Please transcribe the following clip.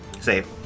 Save